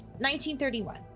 1931